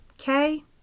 okay